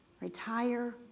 Retire